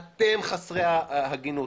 אתם חסרי ההגינות.